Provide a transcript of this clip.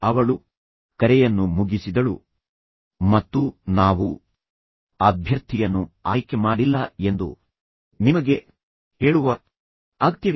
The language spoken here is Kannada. ಅವಳು ಕರೆಯನ್ನು ಮುಗಿಸಿದಳು ಮತ್ತು ನಾವು ಅಭ್ಯರ್ಥಿಯನ್ನು ಆಯ್ಕೆ ಮಾಡಿಲ್ಲ ಎಂದು ನಿಮಗೆ ಹೇಳುವ ಅಗತ್ಯವಿಲ್ಲ